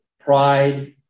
pride